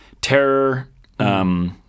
terror